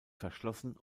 verschlossen